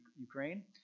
Ukraine